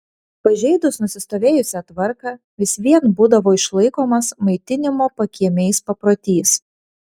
pažeidus nusistovėjusią tvarką vis vien būdavo išlaikomas maitinimo pakiemiais paprotys